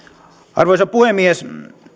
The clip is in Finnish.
arvoisa puhemies